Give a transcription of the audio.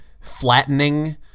flattening